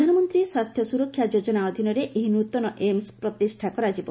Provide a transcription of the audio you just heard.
ପ୍ରଧାନମନ୍ତ୍ରୀ ସ୍ୱାସ୍ଥ୍ୟ ସୁରକ୍ଷା ଯୋଜନା ଅଧୀନରେ ଏହି ନୂତନ ଏମସ୍ ପ୍ରତିଷ୍ଠା କରାଯିବ